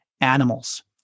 animals